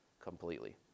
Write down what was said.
completely